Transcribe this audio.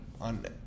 on